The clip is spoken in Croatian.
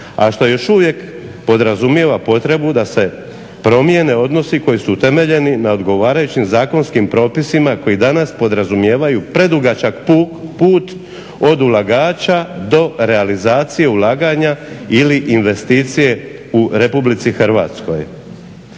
a što još uvijek podrazumijeva potrebu da se promijene odnosi koji su utemeljeni na odgovarajućim zakonskim propisima koji danas podrazumijevaju predugačak put od ulagača do realizacije ulaganja ili investicija u Republici Hrvatskoj.